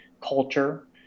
culture